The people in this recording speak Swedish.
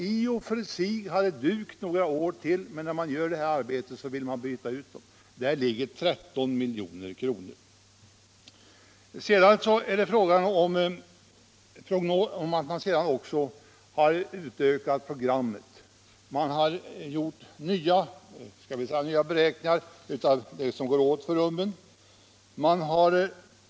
I och för sig hade de dugt några år till, men när man gör detta arbete vill man samtidigt byta ut dem. Vidare har programmet utökats. Man har gjort nya beräkningar av vad som går åt för rummen.